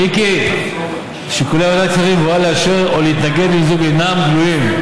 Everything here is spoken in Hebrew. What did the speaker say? מיקי, בבואה לאשר או להתנגד למיזוג, אינם גלויים.